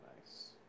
Nice